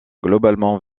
globalement